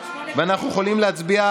קורונה,